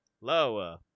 Lower